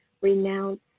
renounce